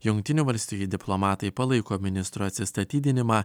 jungtinių valstijų diplomatai palaiko ministro atsistatydinimą